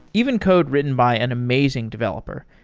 even code written by an amazing developer.